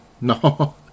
No